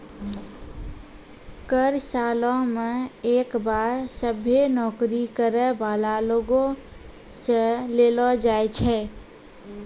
कर सालो मे एक बार सभ्भे नौकरी करै बाला लोगो से लेलो जाय छै